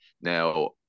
now